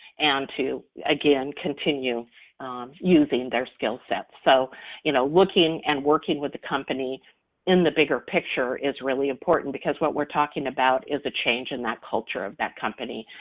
and to again, continue using their skill sets. so you know looking and working with the company in the bigger picture is really important because what we're talking about is a change in that culture of that company,